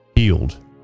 healed